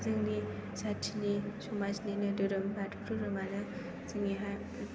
जोंनि जाथिनि समाजनिनो धोरोम बाथौ धोरोमआनो जोंनि